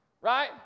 right